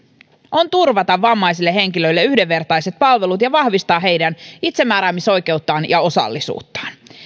on turvata vammaisille henkilöille yhdenvertaiset palvelut ja vahvistaa heidän itsemääräämisoikeuttaan ja osallisuuttaan